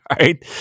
Right